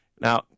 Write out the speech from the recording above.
now